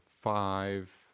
five